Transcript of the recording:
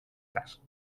cas